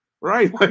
right